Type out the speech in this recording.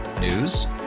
News